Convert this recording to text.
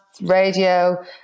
radio